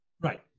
Right